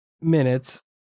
minutes